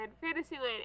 Fantasyland